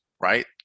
right